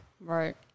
Right